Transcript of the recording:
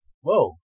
Whoa